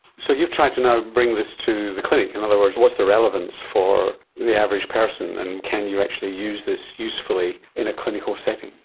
so you've tried to now bring this to the clinic, in other words what's the relevance for the average person and can you actually use this usefully in a clinical setting?